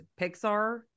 Pixar